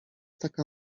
taka